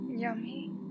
yummy